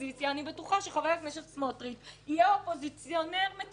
אני בטוחה שחבר הכנסת סמוטריץ יהיה אופוזיציונר מצוין.